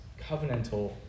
covenantal